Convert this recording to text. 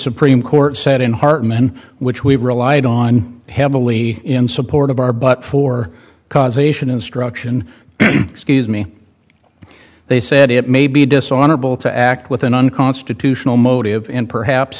supreme court said in hartmann which we've relied on heavily in support of our but for causation instruction excuse me they said it may be dishonorable to act with an unconstitutional motive and perhaps